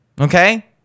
Okay